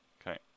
Okay